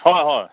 হয় হয়